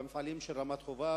במפעלים של רמת-חובב,